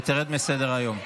ותרד מסדר-היום.